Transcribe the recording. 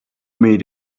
made